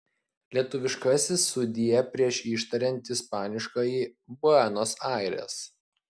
lietuviškasis sudie prieš ištariant ispaniškąjį buenos aires